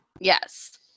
Yes